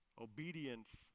Obedience